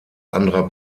anderer